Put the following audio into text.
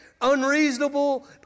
unreasonable